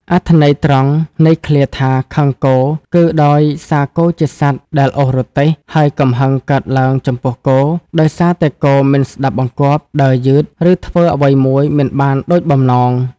អត្ថន័យត្រង់នៃឃ្លាថា ខឹងគោ គឺដោយសារគោជាសត្វដែលអូសរទេះ ហើយកំហឹងកើតឡើងចំពោះគោ ដោយសារតែគោមិនស្ដាប់បង្គាប់ ដើរយឺត ឬធ្វើអ្វីមួយមិនបានដូចបំណង។